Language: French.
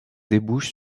débouche